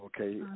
Okay